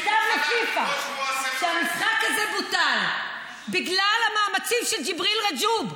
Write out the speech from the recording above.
מכתב לפיפ"א שהמשחק הזה בוטל בגלל המאמצים של ג'יבריל רג'וב.